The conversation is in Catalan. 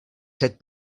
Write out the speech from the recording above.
set